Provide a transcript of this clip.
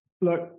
look